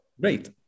Great